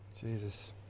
Jesus